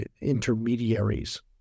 intermediaries